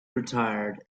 retired